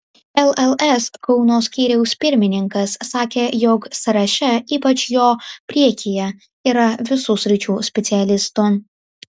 lls kauno skyriaus pirmininkas sakė jog sąraše ypač jo priekyje yra visų sričių specialistų